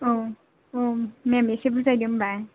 औ औ मेम एसे बुजायदो होमबा